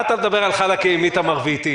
מה אתה מדבר על חלקה עם איתמר ואתי?